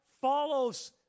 follows